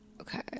Okay